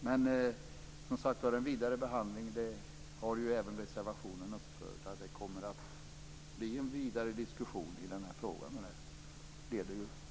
Men, som sagt: En vidare behandling har förespråkats även i reservationen. Det kommer att bli en vidare diskussion i den här frågan, och den kommer att leda någonstans.